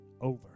over